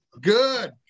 Good